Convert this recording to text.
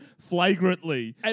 flagrantly